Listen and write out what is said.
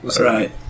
Right